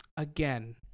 Again